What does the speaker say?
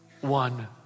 One